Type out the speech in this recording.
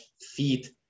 feed